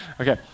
Okay